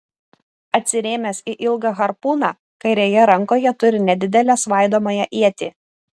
atsirėmęs į ilgą harpūną kairėje rankoje turi nedidelę svaidomąją ietį